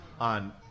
on –